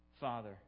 Father